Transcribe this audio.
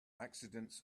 accidents